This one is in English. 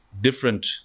different